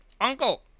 Uncle